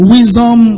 Wisdom